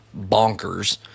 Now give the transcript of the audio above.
bonkers